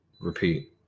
repeat